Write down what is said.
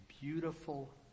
beautiful